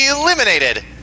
eliminated